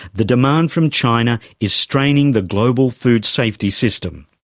the demand from china is straining the global food safety system.